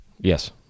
Yes